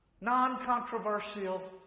non-controversial